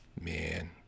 man